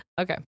Okay